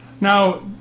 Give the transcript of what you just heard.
Now